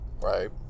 Right